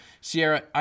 Sierra